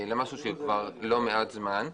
אלא משהו שהוא לא מעט זמן.